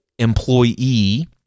employee